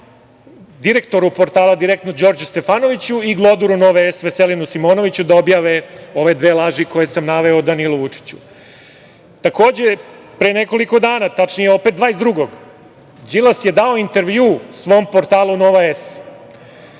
direktoru portala "Direktno" Đorđu Stefanoviću i gloduru "Nove S" Veselinu Simonoviću da objave ove dve laži koje sam naveo o Danilu Vučiću? Pre nekoliko dana, tačnije, opet 22. Đilas je dao intervjuu svom portalu "Nova S".